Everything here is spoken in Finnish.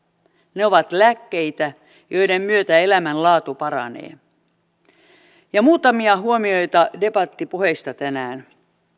ne ovat lääkkeitä joiden myötä elämänlaatu paranee muutamia huomioita debattipuheista tänään